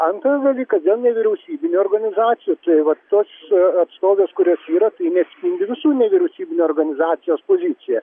antras dalykas dėl nevyriausybinių organizacijų tai vat tos atstovės kurios yra tai neatspindi visų nevyriausybinių organizacijos poziciją